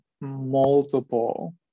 multiple